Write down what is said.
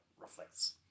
reflects